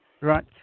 Right